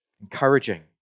encouraging